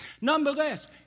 Nonetheless